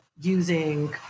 using